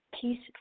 Peace